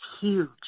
huge